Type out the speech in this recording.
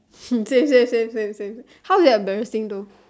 say say say say say how was it embarrassing though